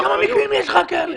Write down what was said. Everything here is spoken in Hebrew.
כמה מקרים יש לך כאלה?